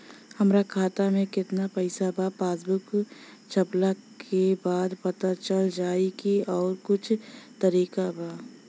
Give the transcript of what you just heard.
हमरा खाता में केतना पइसा बा पासबुक छपला के बाद पता चल जाई कि आउर कुछ तरिका बा?